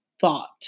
thought